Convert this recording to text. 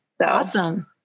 awesome